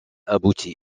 abouti